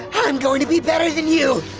i'm going to be better than you.